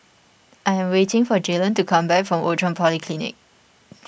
I am waiting for Jalen to come back from Outram Polyclinic